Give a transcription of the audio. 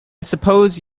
suppose